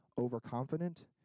overconfident